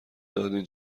دادین